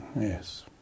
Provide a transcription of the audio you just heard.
Yes